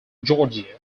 georgia